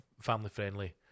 family-friendly